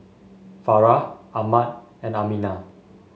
Farah Ahmad and Aminah